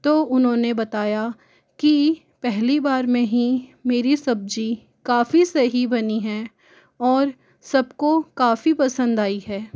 तो उन्होंने बताया कि पहली बार में ही मेरी सब्जी काफ़ी सही बनी है और सबको काफ़ी पसंद आई है